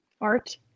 art